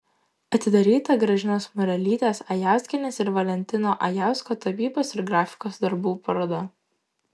atidaryta gražinos murelytės ajauskienės ir valentino ajausko tapybos ir grafikos darbų paroda